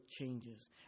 changes